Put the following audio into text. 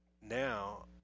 Now